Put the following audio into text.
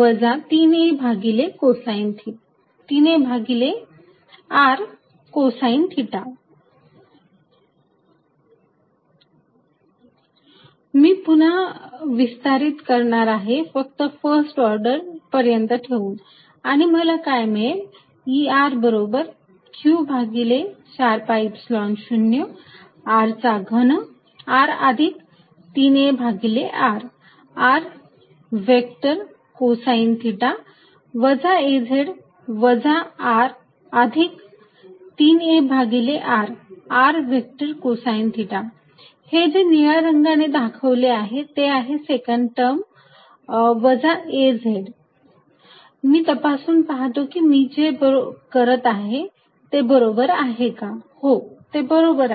वजा 3a भागिले r cosine theta Erq4π0r3r az13arcosθ raz1 3arcosθ मी पुन्हा विस्तारित करणार आहे फक्त फर्स्ट ऑर्डर पर्यंत ठेवून आणि मला काय मिळेल E बरोबर q भागिले 4 pi Epsilon 0 r चा घन r अधिक 3a भागिले r r vector cosine theta वजा az वजा r अधिक 3a भागिले r r vector cosine theta हे जे निळ्या रंगाने दाखवले आहे ते आहे सेकंड टर्म वजा az मी तपासून पाहतो मी जे करत आहे ते बरोबर आहे का Refer Time 0924 हो ते बरोबर आहे